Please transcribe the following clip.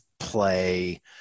play